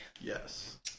yes